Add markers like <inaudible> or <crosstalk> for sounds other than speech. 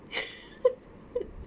<laughs>